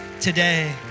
today